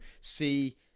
see